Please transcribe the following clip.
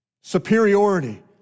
superiority